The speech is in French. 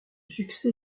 succès